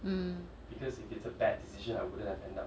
mm